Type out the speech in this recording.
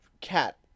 cat